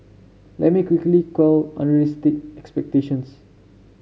let me quickly quell unrealistic expectations